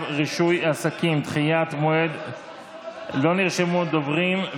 לא נרשמו דוברים,